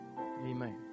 amen